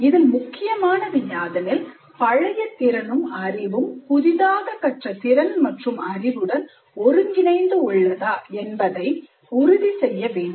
இதில் முக்கியமானது யாதெனில் பழைய திறனும்அறிவும் புதிதாக கற்ற திறன் மற்றும் அறிவுடன் ஒருங்கிணைந்து உள்ளதா என்பதை உறுதி செய்ய வேண்டும்